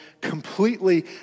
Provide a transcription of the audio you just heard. completely